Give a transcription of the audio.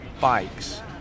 bikes